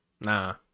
Nah